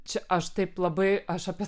čia aš taip labai aš apie